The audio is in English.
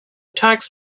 tax